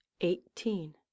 eighteen